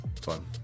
Fun